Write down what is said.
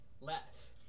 less